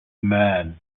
man